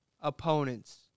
opponents